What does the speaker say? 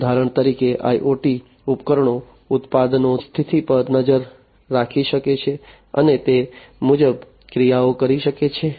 ઉદાહરણ તરીકે IoT ઉપકરણો ઉત્પાદનોની સ્થિતિ પર નજર રાખી શકે છે અને તે મુજબ ક્રિયાઓ કરી શકે છે